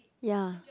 ya